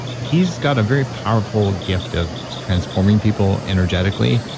he's got a very powerful gift of transforming people energetically.